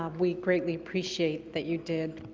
um we greatly appreciate that you did.